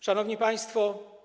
Szanowni Państwo!